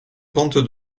pente